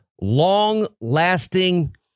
long-lasting